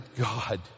God